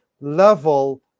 level